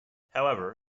however